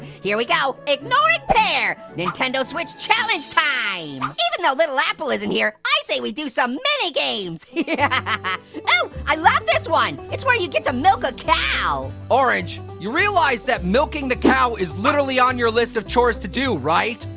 here we go, ignoring pear! nintendo switch challenge time! even though little apple isn't here, i say we do some mini games yeah ah i love this one! it's where you get to milk a cow! orange, you realize that milking the cow is literally on your list of chores to do, right?